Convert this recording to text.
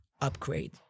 upgrade